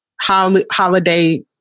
holiday